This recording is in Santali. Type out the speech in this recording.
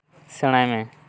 ᱥᱮᱬᱟᱭ ᱢᱮ